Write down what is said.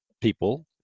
people